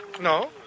No